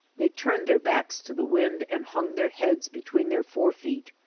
they turned their backs to the wind and hung their heads be tween their fore feet.